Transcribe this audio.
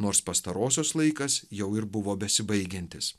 nors pastarosios laikas jau ir buvo besibaigiantis